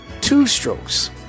two-strokes